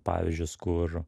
pavyzdžius kur